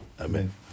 Amen